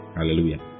Hallelujah